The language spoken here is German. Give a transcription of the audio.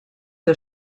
der